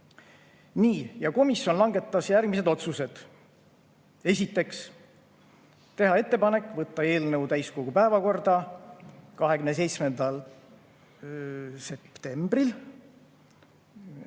vastu. Komisjon langetas järgmised otsused. Esiteks, teha ettepanek võtta eelnõu täiskogu päevakorda 27. septembril